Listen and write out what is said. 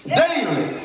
daily